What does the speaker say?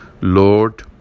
Lord